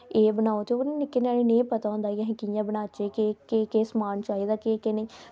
ते एह् बनाओ ते निक्के ञ्यानें गी नेईं पता होंदा कि एह् बनाओ की केह् केह् समान चाहिदा केह् केह् नेईं